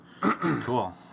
cool